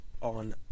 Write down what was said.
on